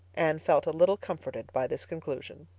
anne felt a little comforted by this conclusion.